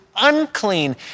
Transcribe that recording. unclean